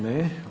Ne.